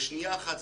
זה שנייה אחת,